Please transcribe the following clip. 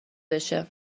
بشه